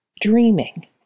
dreaming